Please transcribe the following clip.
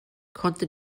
konnte